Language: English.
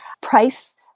price